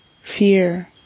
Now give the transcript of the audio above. Fear